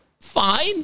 Fine